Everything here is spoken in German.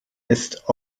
ist